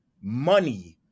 money